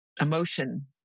emotion